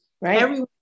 right